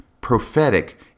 prophetic